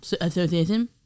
Association